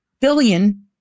billion